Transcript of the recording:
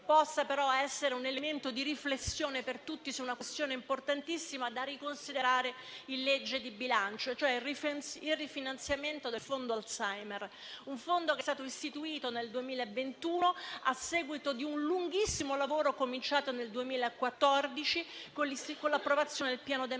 possa però essere un elemento di riflessione per tutti su una questione importantissima da riconsiderare in legge di bilancio, cioè il rifinanziamento del fondo Alzheimer, che è stato istituito nel 2021 a seguito di un lunghissimo lavoro cominciato nel 2014 con l'approvazione del Piano nazionale